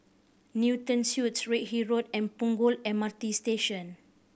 Newton Suites Redhill Road and Punggol M R T Station